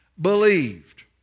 believed